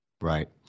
Right